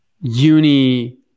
uni